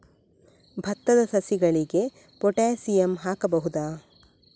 ಭತ್ತದ ಸಸಿಗಳಿಗೆ ಪೊಟ್ಯಾಸಿಯಂ ಹಾಕಬಹುದಾ?